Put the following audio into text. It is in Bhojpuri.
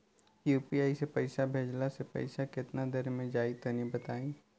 यू.पी.आई से पईसा भेजलाऽ से पईसा केतना देर मे जाई तनि बताई?